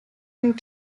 and